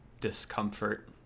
discomfort